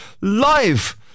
Live